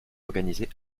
organisées